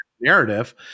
narrative